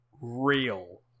Real